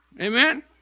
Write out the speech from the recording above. Amen